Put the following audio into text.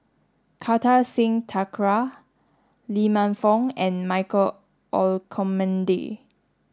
Kartar Singh Thakral Lee Man Fong and Michael Olcomendy